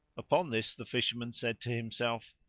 upon this the fisherman said to himself,